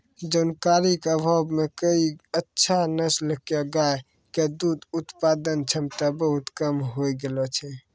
जानकारी के अभाव मॅ कई अच्छा नस्ल के गाय के दूध उत्पादन क्षमता बहुत कम होय गेलो छै